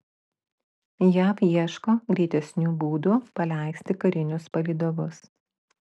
jav ieško greitesnių būdų paleisti karinius palydovus